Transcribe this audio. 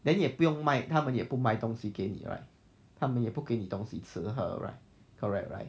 then 也不用卖他们也不卖东西给你 right 他们也不给你东西吃喝 right correct right